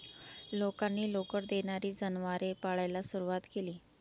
लोकांनी लोकर देणारी जनावरे पाळायला सुरवात केली